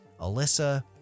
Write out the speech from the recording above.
Alyssa